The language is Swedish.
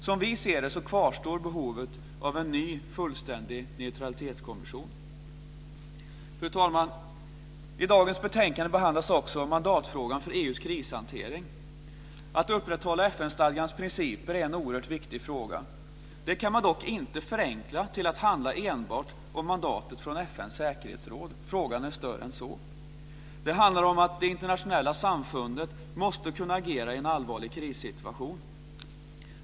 Som vi ser det kvarstår behov av en ny, fullständig neutralitetskommission. Fru talman! I dagens betänkande behandlas också frågan om mandat för EU:s krishantering. Att upprätthålla FN-stadgans principer är en oerhört viktig fråga. Det kan man inte förenkla till att handla enbart om mandat från FN:s säkerhetsråd. Frågan är större än så. Det handlar om att det internationella samfundet måste kunna agera i en allvarlig krissituation.